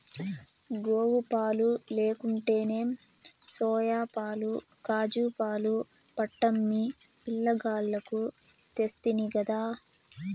గోవుపాలు లేకుంటేనేం సోయాపాలు కాజూపాలు పట్టమ్మి పిలగాల్లకు తెస్తినిగదా